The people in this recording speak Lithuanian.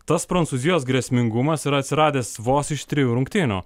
tas prancūzijos grėsmingumas yra atsiradęs vos iš trijų rungtynių